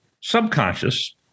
subconscious